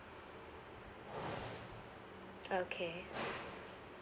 okay